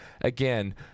Again